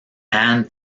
anne